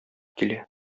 килә